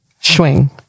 Swing